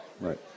right